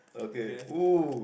okay !woo!